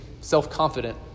self-confident